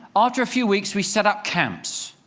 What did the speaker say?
after a few weeks, we set up camps.